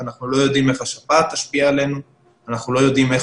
כי אנחנו לא יודעים איך השפעת תשפיע עלינו ואנחנו לא יודעים איך